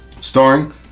starring